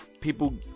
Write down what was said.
people